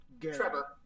Trevor